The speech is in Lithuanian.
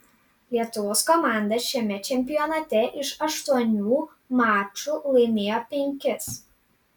lietuvos komanda šiame čempionate iš aštuonių mačų laimėjo penkis